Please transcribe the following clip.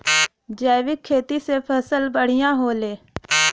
जैविक खेती से फसल बढ़िया होले